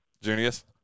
junius